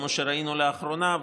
כמו שראינו לאחרונה,